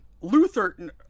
luther